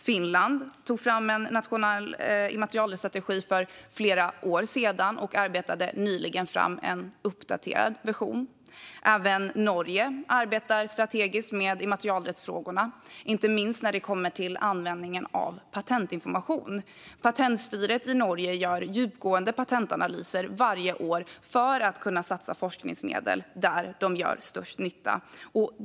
Finland tog fram en nationell immaterialrättsstrategi för flera år sedan och arbetade nyligen fram en uppdaterad version. Även Norge arbetar strategiskt med immaterialrättsfrågorna, inte minst när det kommer till användningen av patentinformation. Patentstyret i Norge gör djupgående patentanalyser varje år för att kunna satsa forskningsmedel där de gör störst nytta.